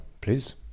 please